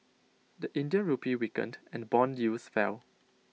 the Indian Rupee weakened and Bond yields fell